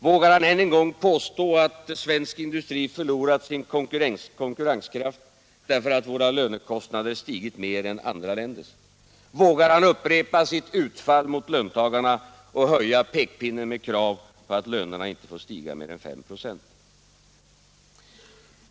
Vågar han än en gång påstå att svensk industri förlorat sin konkurrenskraft därför att våra lönekostnader stigit mer än andra länders? Vågar han upprepa sitt utfall mot löntagarna och höja pekpinnen med krav på att lönerna inte får stiga mer än 5 96?